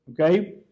okay